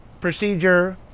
procedure